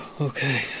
okay